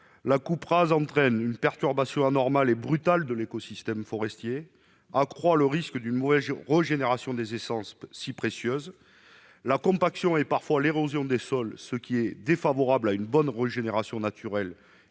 La coupe rase entraîne une perturbation anormale et brutale de l'écosystème forestier, accroît le risque d'une mauvaise régénération des essences- si précieuse -et la compaction et parfois l'érosion des sols, ce qui nuit à la bonne régénération naturelle